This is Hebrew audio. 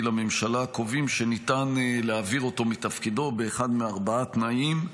לממשלה קובעים שניתן להעביר אותו מתפקידו באחד מארבעה תנאים.